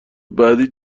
بعدی